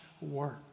work